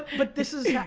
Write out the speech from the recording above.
but this is, yeah